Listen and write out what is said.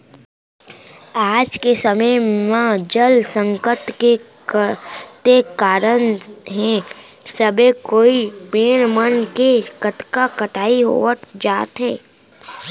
आज के समे म जल संकट के कतेक कारन हे सबे कोइत पेड़ मन के कतका कटई होवत जात हे